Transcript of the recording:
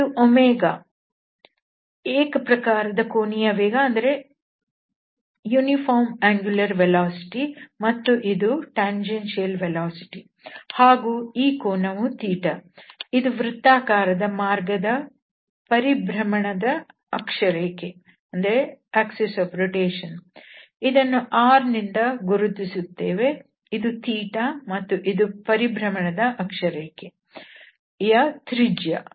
ಇದು ಒಮೇಗಾ ಏಕಪ್ರಕಾರದ ಕೋನೀಯ ವೇಗ ಮತ್ತು ಇದು ಸ್ಪರ್ಶಕ ವೇಗ ಹಾಗೂ ಈ ಕೋನವು ಇದು ವೃತ್ತಾಕಾರದ ಮಾರ್ಗದ ಪರಿಭ್ರಮಣದ ಅಕ್ಷರೇಖೆ ಇದನ್ನು rನಿಂದ ಗುರುತಿಸುತ್ತೇವೆ ಇದು ಮತ್ತು ಇದು ಪರಿಭ್ರಮಣದ ಅಕ್ಷರೇಖೆಯ ತ್ರಿಜ್ಯ